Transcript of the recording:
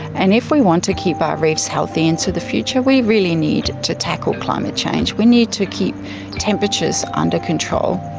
and if we want to keep our reefs healthy into the future we really need to tackle climate change, we need to keep temperatures under control.